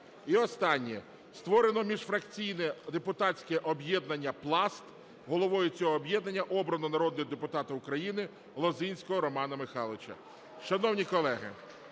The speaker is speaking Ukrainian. І останнє. Створено міжфракційне депутатське об'єднання "Пласт". Головою цього об'єднання обрано народного депутата України Лозинського Романа Михайловича. Шановні колеги,